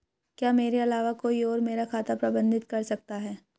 क्या मेरे अलावा कोई और मेरा खाता प्रबंधित कर सकता है?